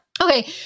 Okay